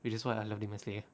which is why I love demon slayer